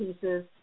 pieces